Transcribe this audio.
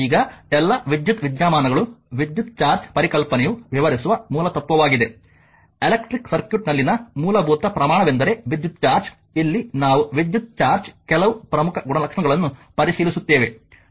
ಈಗ ಎಲ್ಲಾ ವಿದ್ಯುತ್ ವಿದ್ಯಮಾನಗಳು ವಿದ್ಯುತ್ ಚಾರ್ಜ್ನ ಪರಿಕಲ್ಪನೆಯು ವಿವರಿಸುವ ಮೂಲ ತತ್ವವಾಗಿದೆ ಎಲೆಕ್ಟ್ರಿಕ್ ಸರ್ಕ್ಯೂಟ್ನಲ್ಲಿನ ಮೂಲಭೂತ ಪ್ರಮಾಣವೆಂದರೆ ವಿದ್ಯುತ್ ಚಾರ್ಜ್ ಇಲ್ಲಿ ನಾವು ವಿದ್ಯುತ್ ಚಾರ್ಜ್ನ ಕೆಲವು ಪ್ರಮುಖ ಗುಣಲಕ್ಷಣಗಳನ್ನು ಪರಿಶೀಲಿಸುತ್ತೇವೆ